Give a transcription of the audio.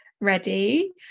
ready